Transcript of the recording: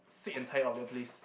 sick and tired of that place